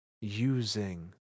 using